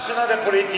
אתה רק שווה בפוליטיקה.